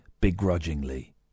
begrudgingly